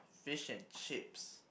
fish and chips